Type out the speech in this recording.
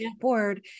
board